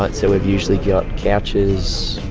but so we've usually got couches,